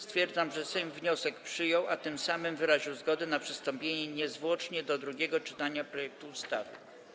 Stwierdzam, że Sejm wniosek przyjął, a tym samym wyraził zgodę na przystąpienie niezwłocznie do drugiego czytania projektu ustawy.